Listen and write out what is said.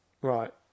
Right